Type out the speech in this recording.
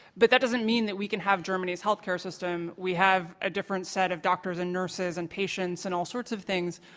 but that doesn't mean that we can have germany's health care system. we have a different set of doctors and nurses and patients and all sorts of things,